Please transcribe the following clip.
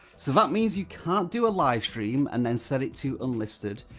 so that means you can't do a live stream, and then set it to unlisted.